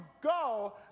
go